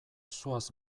zoaz